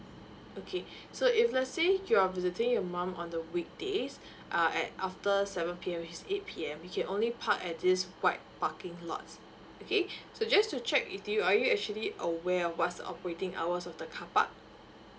okay so if let say you're visiting your mom on the weekdays uh at after seven P_M eight P_M you can only park at these white parking lots okay so just to check with you are you actually aware of what's the operating hours of the car park